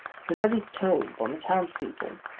who levies tolls upon the townspeople.